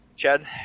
Chad